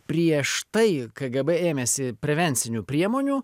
prieš tai kgb ėmėsi prevencinių priemonių